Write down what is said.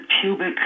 pubic